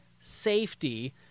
safety